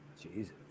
Jesus